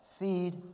Feed